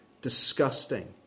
disgusting